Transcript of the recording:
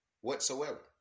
Whatsoever